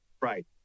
right